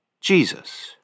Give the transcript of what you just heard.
Jesus